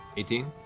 eighteen?